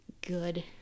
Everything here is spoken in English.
good